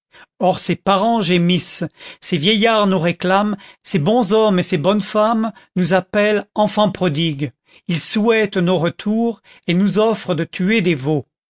or ces parents gémissent ces vieillards nous réclament ces bons hommes et ces bonnes femmes nous appellent enfants prodigues ils souhaitent nos retours et nous offrent de tuer des veaux